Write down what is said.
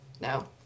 no